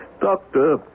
Doctor